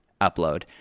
upload